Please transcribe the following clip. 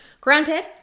granted